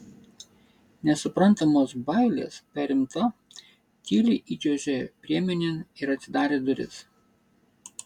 nesuprantamos bailės perimta tyliai įčiuožė priemenėn ir atidarė duris